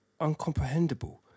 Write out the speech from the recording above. uncomprehendable